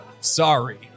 Sorry